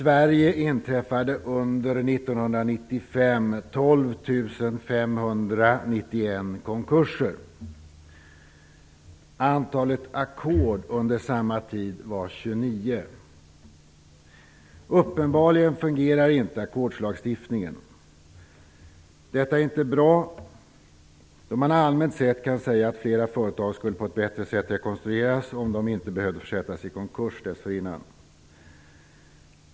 Herr talman! Under 1995 inträffade i Sverige 12 591 konkurser. Antalet ackord under samma tid var 29. Uppenbarligen fungerar inte ackordslagstiftningen. Detta är inte bra, då man allmänt sett kan säga att flera företag skulle rekonstrueras på ett bättre sätt om de inte behövde försättas i konkurs dessförinnan.